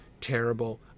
terrible